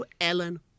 Ellen